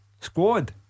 Squad